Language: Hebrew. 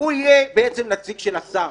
הוא יהיה בעצם נציג של השר,